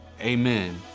amen